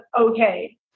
okay